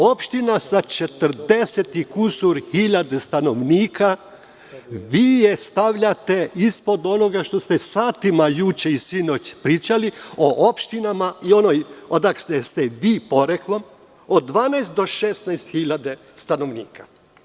Opština sa 40 i više hiljada stanovnika, a vi je stavljate ispod onoga što ste satima juče i sinoć pričali, o opštinama i onoj odakle ste vi poreklom, od 12 do 16 hiljada stanovnika.